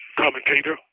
commentator